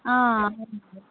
అ